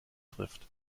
trifft